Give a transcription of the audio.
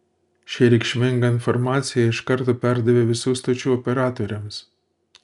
šią reikšmingą informaciją iš karto perdavė visų stočių operatoriams